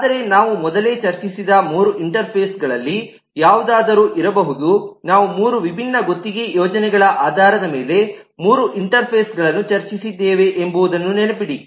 ಆದರೆ ನಾವು ಮೊದಲೇ ಚರ್ಚಿಸಿದ ಮೂರು ಇಂಟರ್ಫೇಸ್ಗಳಲ್ಲಿ ಯಾವುದಾದರೂ ಇರಬಹುದು ನಾವು ಮೂರು ವಿಭಿನ್ನ ಗುತ್ತಿಗೆ ಯೋಜನೆಗಳ ಆಧಾರದ ಮೇಲೆ ಮೂರು ಇಂಟರ್ಫೇಸ್ ಗಳನ್ನು ಚರ್ಚಿಸಿದ್ದೇವೆ ಎಂಬುದನ್ನು ನೆನಪಿಡಿ